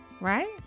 Right